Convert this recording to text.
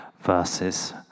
verses